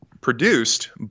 produced